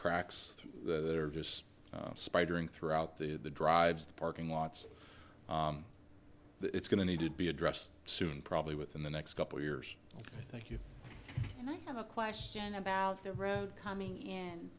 cracks that are just spidering throughout the the drives the parking lots it's going to need to be addressed soon probably within the next couple of years ok thank you and i have a question about the road coming in